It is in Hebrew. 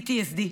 PTSD,